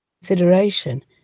consideration